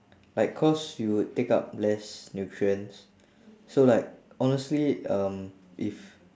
like cause you would take up less nutrients so like honestly um if